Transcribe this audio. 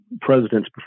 presidents